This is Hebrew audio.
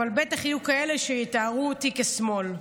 אבל בטח יהיו כאלה שיתארו אותי כשמאל.